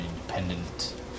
independent